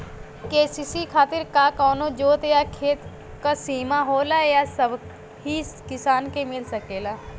KCC खातिर का कवनो जोत या खेत क सिमा होला या सबही किसान के मिल सकेला?